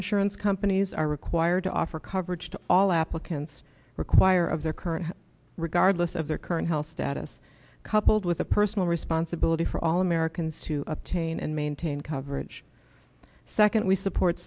insurance companies are required to offer coverage to all applicants require of their current regardless of their current health status coupled with a personal responsibility for all americans to obtain and maintain coverage secondly support